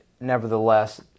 nevertheless